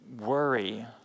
worry